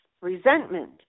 resentment